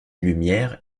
lumière